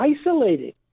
isolated